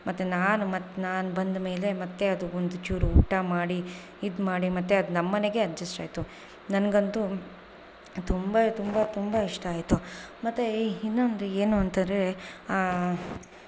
ಮತ್ತು ನಾನು ಮತ್ತು ನಾನು ಬಂದಮೇಲೆ ಮತ್ತೆ ಅದು ಒಂದು ಚೂರು ಊಟ ಮಾಡಿ ಇದು ಮಾಡಿ ಮತ್ತೆ ಅದು ನಮ್ಮ ಮನೆಗೆ ಅಡ್ಜಸ್ಟ್ ಆಯಿತು ನನಗಂತು ತುಂಬ ತುಂಬ ತುಂಬ ಇಷ್ಟ ಆಯಿತು ಮತ್ತೆ ಇನ್ನೊಂದು ಏನು ಅಂದರೆ